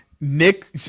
nick